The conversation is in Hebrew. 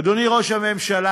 אדוני ראש הממשלה,